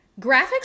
Graphics